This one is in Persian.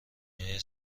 دنیای